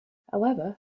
however